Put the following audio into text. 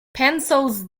pencils